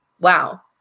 wow